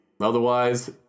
Otherwise